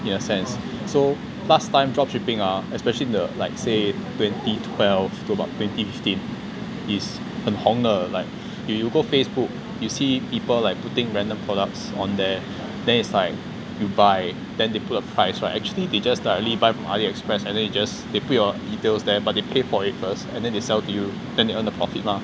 in a sense so last time drop shipping ah especially in the like say twenty twelve to about twenty fifteen is 很红的 like if you go facebook you see people like putting random products on there then it's like you buy then they put a price right then actually they just directly buy from ali express then they just then they put your details there but they pay for it first and then they sell to you then they earn the profit mah